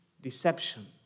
deception